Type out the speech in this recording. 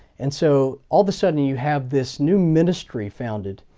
and so all the sudden you have this new ministry founded.